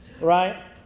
Right